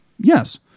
Yes